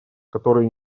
которые